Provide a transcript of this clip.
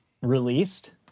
released